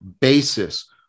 basis